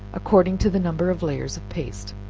according to the number of layers of paste.